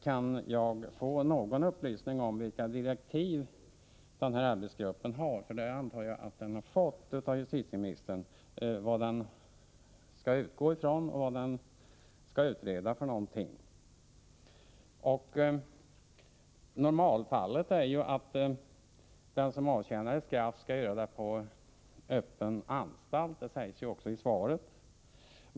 Kan jag få någon upplysning om vilka direktiv denna arbetsgrupp har? Jag antar den har fått sådana av justitieministern. Vad skall den utgå från, och vad skall den utreda för någonting? Normalfallet är ju att den som avtjänar ett straff skall göra det på en öppen anstalt. Det sägs ju också i svaret.